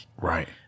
Right